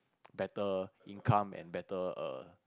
better income and better err